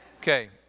Okay